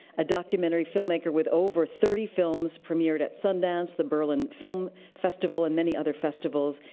a documentary filmmaker with over thirty films, premiered at sundance, the berlin film festival, and many other festivals.